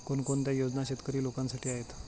कोणकोणत्या योजना शेतकरी लोकांसाठी आहेत?